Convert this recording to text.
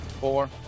Four